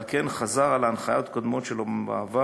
על כן הוא חזר על הנחיות קודמות שלו בעבר